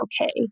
okay